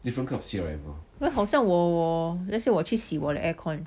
then 好像我我我 let's say 我去洗我的 aircon